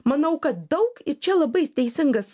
manau kad daug ir čia labai teisingas